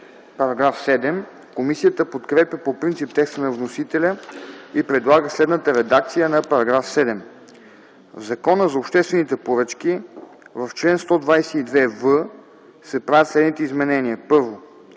ДИМИТРОВ: Комисията подкрепя по принцип текста на вносителя и предлага следната редакция на § 7: „§ 7. В Закона за обществените поръчки в чл. 122в се правят следните изменения: 1.